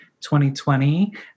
2020